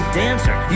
dancer